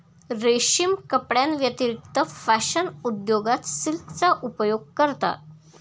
रेशीम कपड्यांव्यतिरिक्त फॅशन उद्योगात सिल्कचा उपयोग करतात